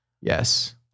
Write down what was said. Yes